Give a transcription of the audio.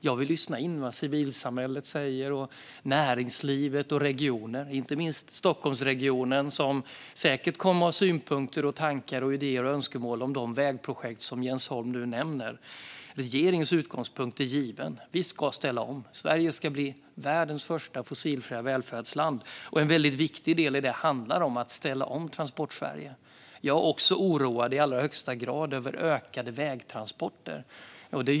Jag vill lyssna in vad civilsamhället, näringslivet och regionerna säger - inte minst Stockholmsregionen, som säkert kommer att ha synpunkter, tankar, idéer och önskemål om de vägprojekt som Jens Holm nu nämner. Regeringens utgångspunkt är given: Vi ska ställa om. Sverige ska bli världens första fossilfria välfärdsland, och en viktig del i det handlar om att ställa om Transportsverige. Också jag är i allra högsta grad oroad över ökade vägtransporter.